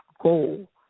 goal